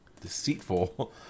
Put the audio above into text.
deceitful